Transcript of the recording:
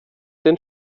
den